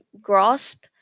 grasp